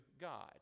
God